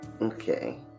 Okay